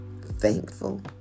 thankful